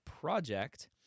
project